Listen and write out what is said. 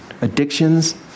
addictions